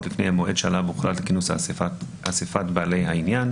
לפני המועד שעליו הוחלטו לכינוס אסיפת בעלי העניין,